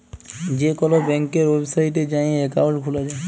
যে কল ব্যাংকের ওয়েবসাইটে যাঁয়ে একাউল্ট খুলা যায়